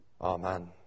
Amen